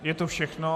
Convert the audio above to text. Je to všechno?